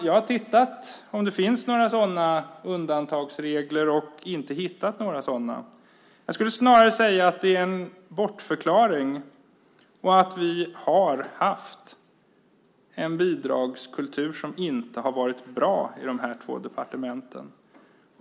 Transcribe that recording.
Jag har tittat efter om det finns några sådana undantagsregler, men inte hittat några sådana. Jag skulle snarare vilja säga att det är en bortförklaring och att vi har haft en bidragskultur som inte har varit bra i de här två departementen.